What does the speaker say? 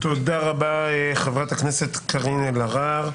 תודה רבה, חברת הכנסת קארין אלהרר.